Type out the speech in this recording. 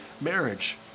marriage